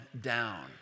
down